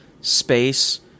space